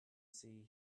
see